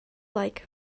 like